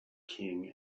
king